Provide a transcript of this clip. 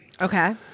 Okay